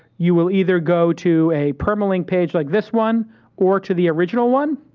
you will either go to a permalink page like this one or to the original one?